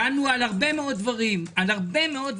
דנו על הרבה מאוד דברים.